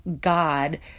God